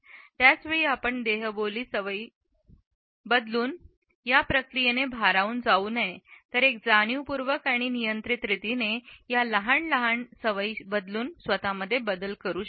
त्याच वेळी आपण देहबोलीत सवयी बदलून या प्रक्रियेने भारावून जाऊ नये तर एक जाणीवपूर्वक आणि नियंत्रित रीतीने या लहान सहान सवयी बदलून स्वतः मध्ये बदल करू शकतो